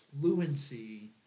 fluency